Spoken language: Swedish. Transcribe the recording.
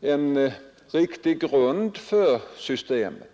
en riktig grund för systemet.